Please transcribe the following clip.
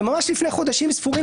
ממש לפני חודשים ספורים,